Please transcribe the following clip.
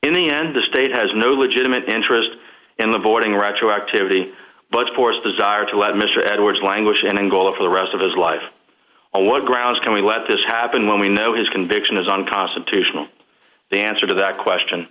in the end the state has no legitimate interest in the voting rights to activity but force desire to let mr edwards languish in angola for the rest of his life on what grounds can we let this happen when we know his conviction is unconstitutional the answer to that question